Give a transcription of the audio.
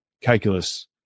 calculus